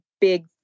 big